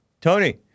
Tony